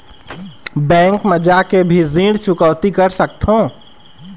Bank मा जाके भी ऋण चुकौती कर सकथों?